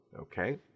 okay